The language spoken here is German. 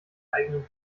eigenen